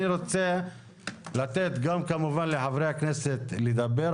אני רוצה לתת גם כמובן לחברי הכנסת לדבר.